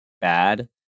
bad